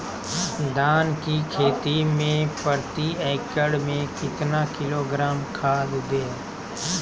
धान की खेती में प्रति एकड़ में कितना किलोग्राम खाद दे?